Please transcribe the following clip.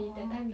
orh